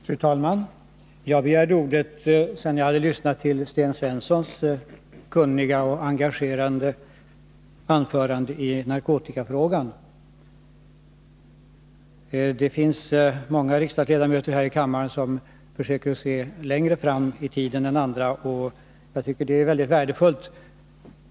Fru talman! Jag begärde ordet efter att ha lyssnat till Sten Svenssons kunniga och engagerande anförande i narkotikafrågan. Det finns många riksdagsledamöter som försöker se längre fram i tiden än andra. Just dessa personer är mycket värdefulla.